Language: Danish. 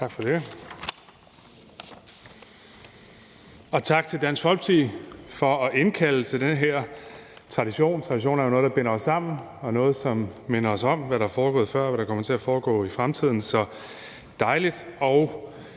Tak for det, og tak til Dansk Folkeparti for at indkalde til denne her tradition. Traditioner er jo noget, der binder os sammen, og noget, som minder os om, hvad der er foregået før, og hvad der kommer til at foregå i fremtiden. Så det